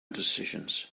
decisions